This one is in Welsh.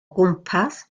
gwmpas